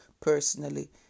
personally